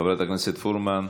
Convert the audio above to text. חברת הכנסת פרומן.